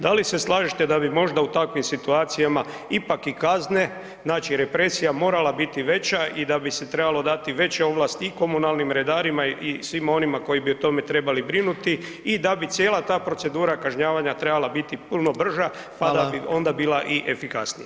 Da li se slažete da bi možda u takvim situacijama ipak i kazne, znači represija morala biti veća i da bi se trebalo dati veće ovlasti i komunalnim redarima i svima onima koji bi o tome trebali brinuti i da bi cijela ta procedura kažnjavanja trebala biti puno brža pa bi onda bila i efikasnija?